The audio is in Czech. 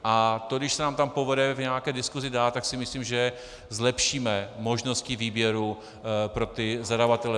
A to když se nám povede v nějaké diskusi dát, tak si myslím, že zlepšíme možnosti výběru pro zadavatele.